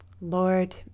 Lord